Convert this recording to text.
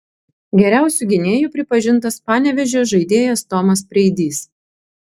geriausiu gynėju pripažintas panevėžio žaidėjas tomas preidys